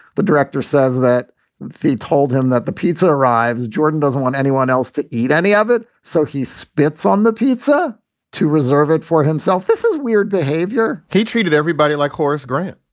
the director says that he told him that the pizza arrives. jordan doesn't want anyone else to eat any of it. so he spits on the pizza to reserve it for himself. this is weird behavior he treated everybody like horace grant.